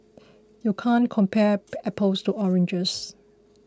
you can't compare apples to oranges